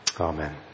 Amen